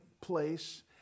place